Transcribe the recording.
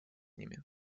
ними